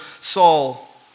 Saul